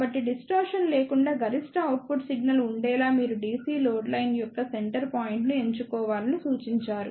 కాబట్టి డిస్టార్షన్ లేకుండా గరిష్ట అవుట్పుట్ సిగ్నల్ ఉండేలా మీరు DC లోడ్ లైన్ యొక్క సెంటర్ పాయింట్ను ఎంచుకోవాలని సూచించారు